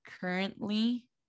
currently